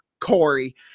Corey